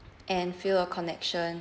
and feel a connection